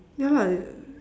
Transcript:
ya lah